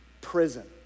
prison